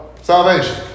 Salvation